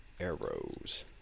arrows